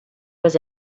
was